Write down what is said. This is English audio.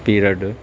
period